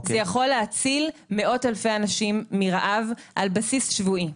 זה יכול להציל מאות אלפי אנשים מרעב על בסיס שבועי.